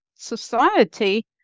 society